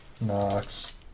knocks